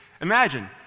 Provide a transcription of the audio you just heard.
Imagine